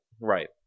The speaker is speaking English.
Right